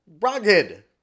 rugged